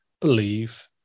believe